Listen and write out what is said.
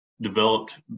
developed